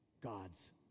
God's